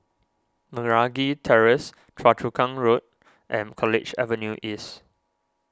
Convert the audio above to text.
Meragi Terrace Choa Chu Kang Road and College Avenue East